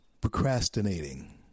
procrastinating